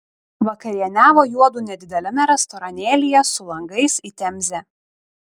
vakarieniavo juodu nedideliame restoranėlyje su langais į temzę